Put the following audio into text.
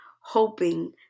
hoping